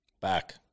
Back